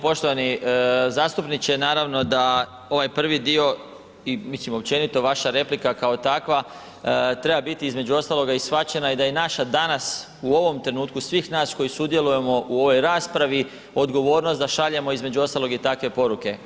Poštovani zastupniče, naravno da ovaj prvi dio i mislim općenito vaša replika kao takva biti između ostaloga i shvaćena da i naša danas u ovom trenutku svih nas koji sudjelujemo u ovoj raspravi, odgovornost da šaljemo između ostalog i takve poruke.